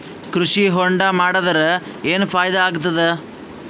ಕೃಷಿ ಹೊಂಡಾ ಮಾಡದರ ಏನ್ ಫಾಯಿದಾ ಆಗತದ?